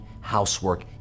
housework